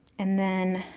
and then,